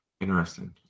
Interesting